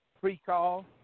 pre-call